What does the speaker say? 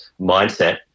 mindset